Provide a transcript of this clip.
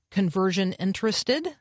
conversion-interested